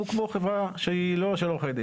הוא כמו חברה שהיא לא של עורכי דין.